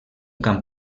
camp